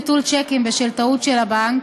ביטול שיקים בשל טעות של הבנק),